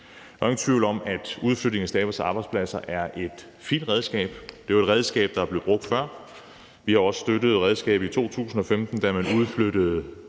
Der er ingen tvivl om, at udflytning af statslige arbejdspladser er et fint redskab. Det er jo et redskab, der er blevet brugt før. Vi har også brugt redskabet i 2015, da man udflyttede